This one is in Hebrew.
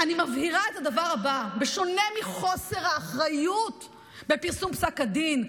אני מבהירה את הדבר הבא: בשונה מחוסר האחריות בפרסום פסק הדין,